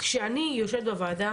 כשאני יושבת בוועדה